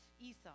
Esau